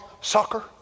soccer